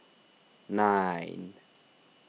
nine